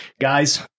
guys